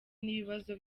n’ibibazo